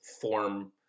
form